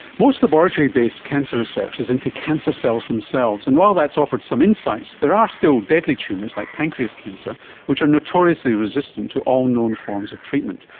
most laboratory-based cancer research is into cancer cells themselves, and while that has so offered some insights, there are still deadly tumours like pancreatic cancer which are notoriously resistant to all known forms of treatment,